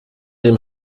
dem